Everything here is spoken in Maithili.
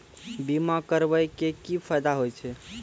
बीमा करबै के की फायदा होय छै?